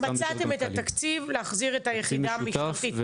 מצאתם את התקציב להחזיר את היחידה המשטרתית.